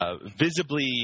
visibly